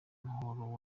muhoro